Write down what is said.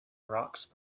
rocks